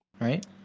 right